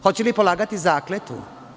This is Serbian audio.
Hoće li polagati zakletvu?